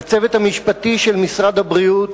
לצוות המשפטי של משרד הבריאות,